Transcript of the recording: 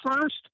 first